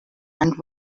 and